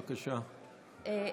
בבקשה.